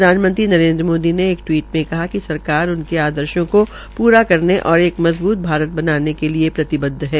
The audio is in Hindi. प्रधानमंत्री नरेन्द्र मोदी ने एक टवीट में कहा सरकार उनके आदर्शो को पूरा करने और एक मजबूत भारत बनाने के लिये प्रतिबद्ध है